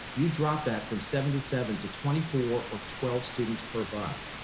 you drop that from seventy seven to twenty four or twelve students per bus.